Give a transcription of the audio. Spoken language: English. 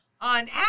On